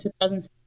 2006